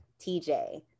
TJ